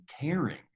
caring